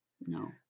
no